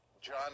john